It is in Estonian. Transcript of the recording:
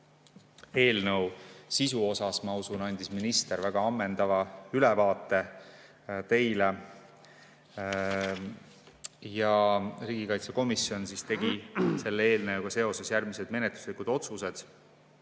Eelnõu sisust, ma usun, andis minister teile ammendava ülevaate. Riigikaitsekomisjon tegi selle eelnõuga seoses järgmised menetluslikud otsused.